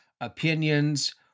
opinions